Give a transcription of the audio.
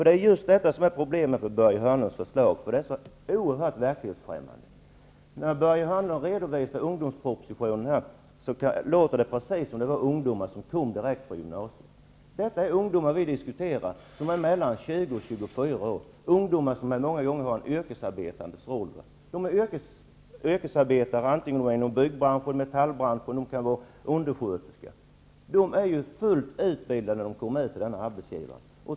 Det är just detta som är problemet med Börje Hörnlunds förslag. Det är så oerhört verklighetsfrämmande. När Börje Hörnlund redovisar förslagen i ungdomspropositionen låter det som om det var fråga om ungdomar som kommer direkt från gymnasiet. De ungdomar vi diskuterar är 20--24 år, ungdomar som är i de yrkesarbetandes ålder. De är yrkesarbetare inom byggbranschen, inom metallindustrin eller undersköterskor. De är fullt utbildade när de kommer till arbetsgivaren.